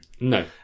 No